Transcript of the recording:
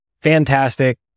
fantastic